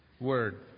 word